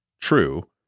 true